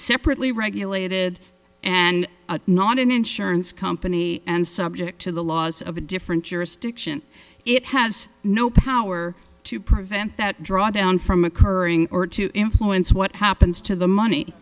separately regulated and not an insurance company and subject to the laws of a different jurisdiction it has no power to prevent that drawdown from occurring or to influence what happens to the money